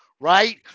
right